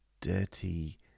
dirty